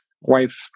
wife